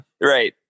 Right